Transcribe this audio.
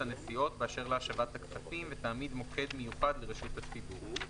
הנסיעות באשר להשבת הכספים ותעמיד מוקד מיוחד לרשות הציבור.